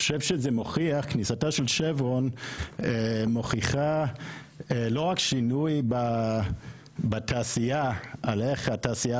כניסתה של שברון מוכיחה לא רק שינוי בתעשייה על איך התעשייה